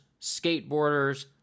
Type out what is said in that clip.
skateboarders